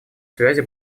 связи